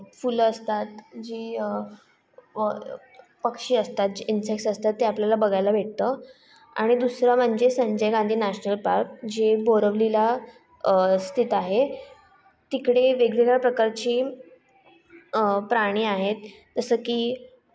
फुलं असतात जी पक्षी असतात जे इंसेक्ट्स असतात ते आपल्याला बघायला भेटतं आणि दुसरं म्हणजे संजय गांधी नॅशनल पार्क जे बोरवलीला स्थित आहे तिकडे वेगवेगळ्या प्रकारची प्राणी आहेत जसं की